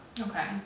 Okay